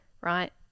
Right